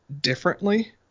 differently